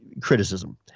criticism